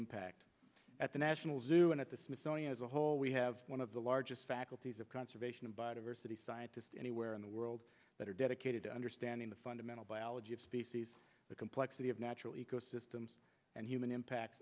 impact at the national zoo and at the smithsonian as a whole we have one of the largest faculties of conservation of biodiversity scientists anywhere in the world that are dedicated to understanding the fundamental biology of species the complexity of natural ecosystems and human impact